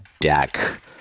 deck